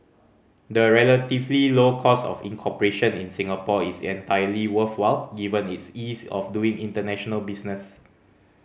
the relatively low cost of incorporation in Singapore is entirely worthwhile given its ease of doing international business